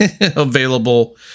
available